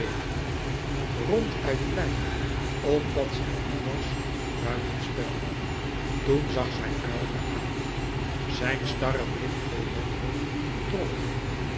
om ronduit blij omdat zij nu was buiten spel toen zag zij aylva aan zijn starre blik vol wanhoop trof haar